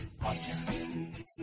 Podcast